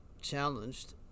challenged